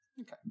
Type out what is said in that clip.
Okay